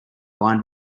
lined